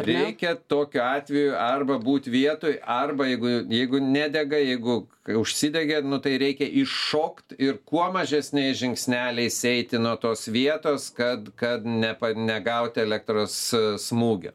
reikia tokiu atveju arba būt vietoj arba jeigu jeigu nedega jeigu kai užsidegė nu tai reikia iššokt ir kuo mažesniais žingsneliais eiti nuo tos vietos kad kad ne negauti elektros smūgio